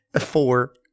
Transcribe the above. Four